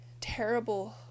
terrible